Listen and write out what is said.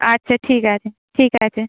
আচ্ছা ঠিক আছে ঠিক আছে